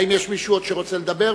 האם יש עוד מישהו שרוצה לדבר?